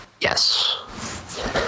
Yes